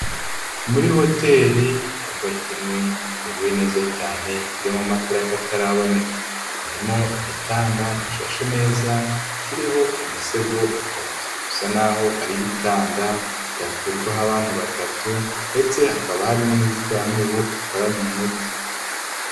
Muri hoteli icyumba kimwe gitewe neza cyane, kirimo amatara y'akataraboneka, harimo igitanda gishashe neza, kiriho imisego itatu, bisa naho ari igitanda cyakwirwaho abana batatu ndetse hakaba hari n'inzitiramibu ikoranye umuti.